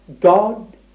God